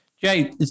Jay